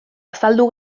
azaldu